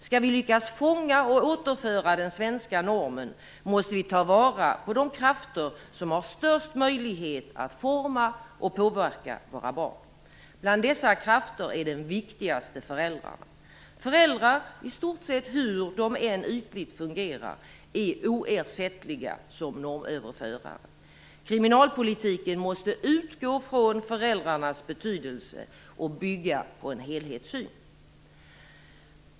Skall vi lyckas fånga och återföra den svenska normen måste vi ta vara på de krafter som har störst möjlighet att forma och påverka våra barn. Bland dessa krafter är den viktigaste föräldrarna. Föräldrar är oersättliga som normöverförare - i stort sett hur ytligt de än fungerar. Kriminalpolitiken måste utgå från föräldrarnas betydelse och bygga på en helhetssyn.